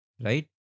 right